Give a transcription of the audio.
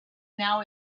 now